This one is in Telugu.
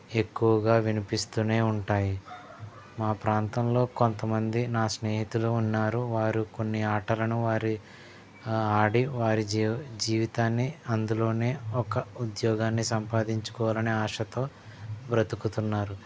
ఎక్కువగా వినిపిస్తు ఉంటాయి మా ప్రాంతంలో కొంతమంది నా స్నేహితులు ఉన్నారు వారు కొన్ని ఆటలను వారి ఆడి వారి జీవి జీవితాన్ని అందులో ఒక ఉద్యోగాన్ని సంపాదించుకోవాలని ఆశతో బ్రతుకుతున్నారు